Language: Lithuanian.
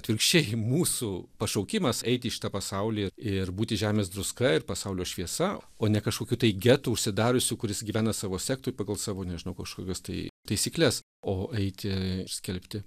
atvirkščiai mūsų pašaukimas eit į šitą pasaulį ir būti žemės druska ir pasaulio šviesa o ne kažkokiu tai getu užsidariusiu kuris gyvena savo sektoriuj pagal savo nežinau kažkokias tai taisykles o eiti ir skelbti